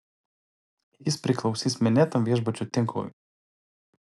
jis priklausys minėtam viešbučių tinklui